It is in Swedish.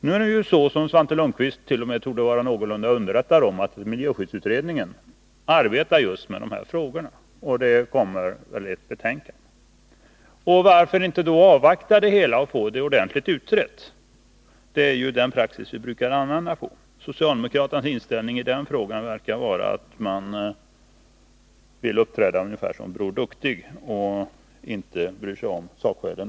Nu är det så, vilket Svante Lundkvist torde vara underrättad om, att miljöskyddsutredningen arbetar med just dessa frågor och väl kommer att ta upp dem i ett betänkande. Varför då inte avvakta detta, så att frågan blir ordentligt utredd? Det är ju den praxis som vi brukar tillämpa. Socialdemokraternas inställning i dessa frågor verkar vara att man vill uppträda ungefär som bror Duktig och inte särskilt bry sig om sakskälen.